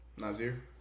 Nazir